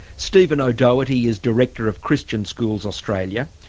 stephen o'doherty is director of christian schools australia.